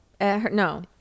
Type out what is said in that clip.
No